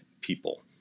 people